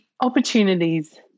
opportunities